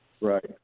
Right